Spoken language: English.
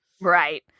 Right